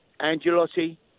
Angelotti